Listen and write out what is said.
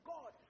God